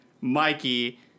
Mikey